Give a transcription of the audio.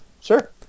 Sure